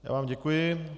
Já vám děkuji.